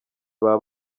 baba